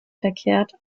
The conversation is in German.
verkehrt